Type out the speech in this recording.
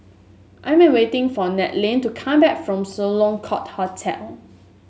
I'm waiting for Nannette to come back from Sloane Court Hotel